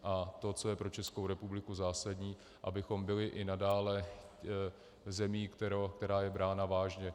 A to, co je pro Českou republiku zásadní, abychom byli i nadále zemí, která je brána vážně.